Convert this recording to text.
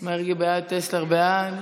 מרגי, בעד, טסלר, בעד.